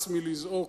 הס מלזעוק,